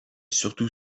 surtout